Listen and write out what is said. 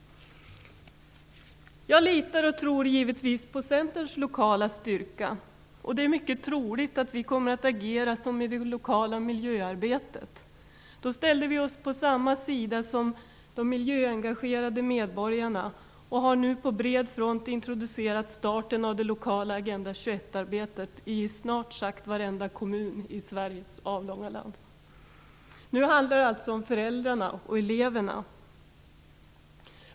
Jag litar och tror givetvis på Centerns lokala styrka. Det är mycket troligt att vi kommer att agera som i det lokala miljöarbetet. Då ställde vi oss på samma sida som de miljöengagerade medborgarna och har nu på bred front introducerat starten av det lokala Agenda 21-arbetet i snart sagt varenda kommun i Sveriges avlånga land. Nu handlar det alltså om föräldrarna och eleverna.